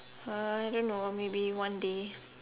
I don't know maybe one day